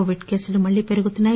Covid కేసులు మల్లీ పెరుగుతున్నాయి